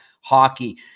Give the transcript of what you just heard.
hockey